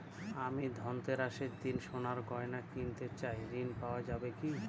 আমি ধনতেরাসের দিন সোনার গয়না কিনতে চাই ঝণ পাওয়া যাবে?